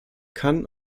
kann